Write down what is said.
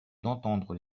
d’entendre